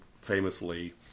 famously